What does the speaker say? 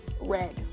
red